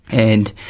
and,